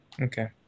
Okay